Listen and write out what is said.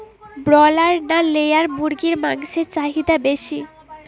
Broiler না layer মুরগির মাংসর চাহিদা বেশি?